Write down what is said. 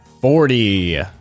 forty